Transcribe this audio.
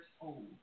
old